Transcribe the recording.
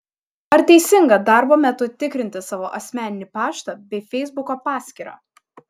ar teisinga darbo metu tikrinti savo asmeninį paštą bei feisbuko paskyrą